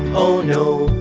oh no,